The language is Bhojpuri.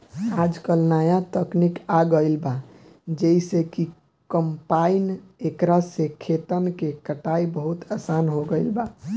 आजकल न्या तकनीक आ गईल बा जेइसे कि कंपाइन एकरा से खेतन के कटाई बहुत आसान हो गईल बा